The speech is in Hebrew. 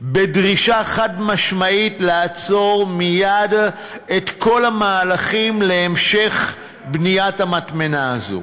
בדרישה חד-משמעית לעצור מייד את כל המהלכים להמשך בניית המטמנה הזאת.